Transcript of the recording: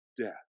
death